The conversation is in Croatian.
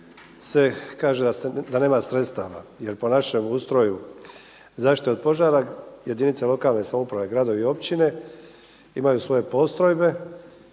istima se kaže da nema sredstava. Jer po našem ustroju zaštite od požara, jedinice lokalne samouprave, gradovi i općine imaju svoje postrojbe